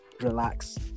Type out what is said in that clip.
relax